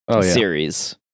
series